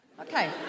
Okay